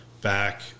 back